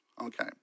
Okay